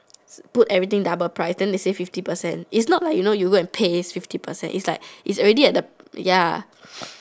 put everything doubled price then they say fifty percent it's not like you know you go and pay fifty percent it's like it's already at the ya